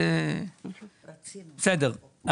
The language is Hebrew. בסדר.